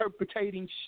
interpreting